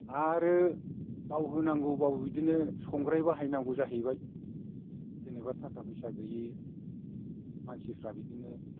आरो बाव होनांगौबाबो बिदिनो संग्राय बाहायनांगौ जाहैबाय जेनेबा थाखा फैसा गैयै मानसिफ्रा बिदिनो